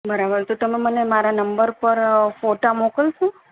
બરાબર તો તમે મને મારા નંબર પર ફોટા મોકલશો